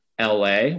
LA